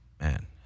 Man